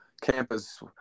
campus